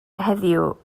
heddiw